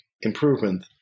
improvement